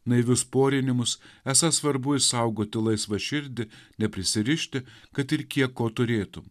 naivius porinimus esą svarbu išsaugoti laisvą širdį neprisirišti kad ir kiek ko turėtum